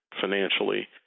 financially